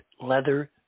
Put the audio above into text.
leather